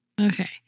Okay